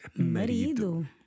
Marido